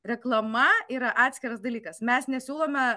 reklama yra atskiras dalykas mes nesiūlome